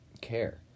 care